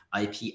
IP